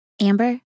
Amber